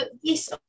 Yes